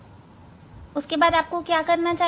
फिर आपको क्या करना चाहिए